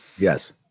Yes